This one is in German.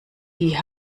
die